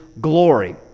glory